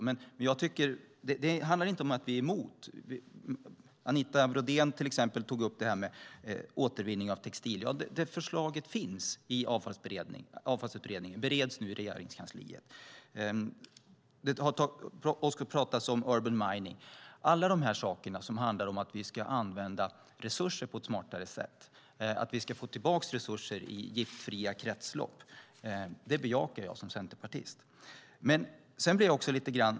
Men det handlar inte om att vi är emot förslagen. Anita Brodén tog till exempel upp detta med återvinning av textil. Ja, det förslaget finns i avfallsutredningen och bereds nu i Regeringskansliet. Och det talas om urban mining. Alla förslag som handlar om att vi ska använda resurser på ett smartare sätt och få tillbaka resurser i giftfria kretslopp bejakar jag som centerpartist.